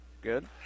Good